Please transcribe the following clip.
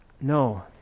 No